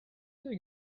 think